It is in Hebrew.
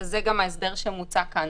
וזה גם ההסדר שמוצע כאן.